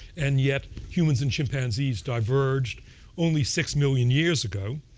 and yet humans and chimpanzees diverged only six million years ago.